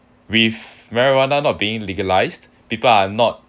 with marijuana not being legalised people are not